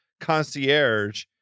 concierge